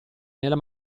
nella